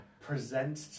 Present